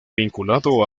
vinculado